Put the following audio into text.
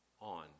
on